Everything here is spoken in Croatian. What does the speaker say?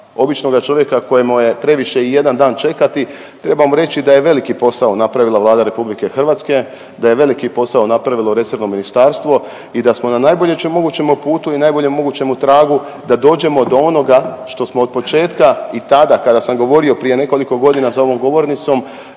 običnoga čovjeka kojemu je previše i jedan dan čekati trebamo reći da je veliki posao napravila Vlada RH, da je veliki posao napravilo resorno ministarstvo i da smo na najboljem mogućem putu i najboljem mogućemu tragu da dođemo do onoga što smo od početka i tada kada sam govorio prije nekoliko godina za ovom govornicom,